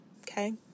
okay